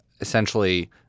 essentially